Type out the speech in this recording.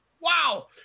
wow